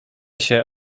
się